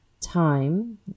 time